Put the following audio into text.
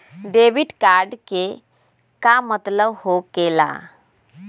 Debit card के का मतलब होकेला?